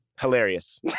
hilarious